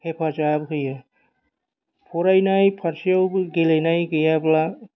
हेफाजाब होयो फरायनाय फारसेयावबो गेलेनाय गैयाब्ला